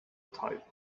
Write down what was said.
type